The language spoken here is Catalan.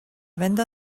venda